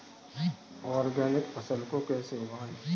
Organic फसल को कैसे उगाएँ?